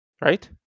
Right